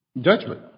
judgment